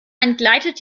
entgleitet